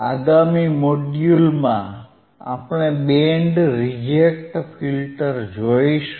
આગામી મોડ્યુલમાં આપણે બેન્ડ રિજેક્ટ ફિલ્ટર જોશું